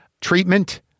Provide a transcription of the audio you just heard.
treatment